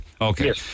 Okay